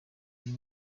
uyu